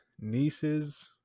nieces